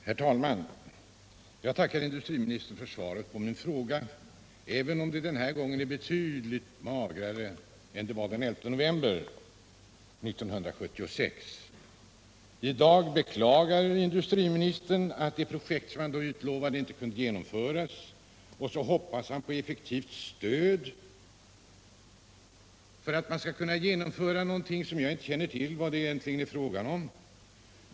Herr talman! Jag tackar industriministern för svaret på min fråga, även om svaret denna gång är betydligt magrare än det var den 11 november 1976. I dag beklagar industriministern att det projekt som han då utlovade inte kunde genomföras och hoppas på effektivt stöd för att man skall kunna genomföra någonting som jag egentligen inte känner till vad det är fråga om.